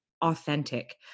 authentic